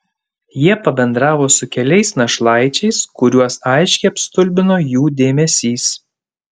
jie pabendravo su keliais našlaičiais kuriuos aiškiai apstulbino jų dėmesys